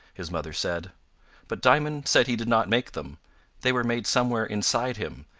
his mother said but diamond said he did not make them they were made somewhere inside him,